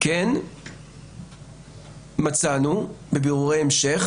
כן מצאנו בבירורי המשך